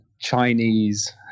Chinese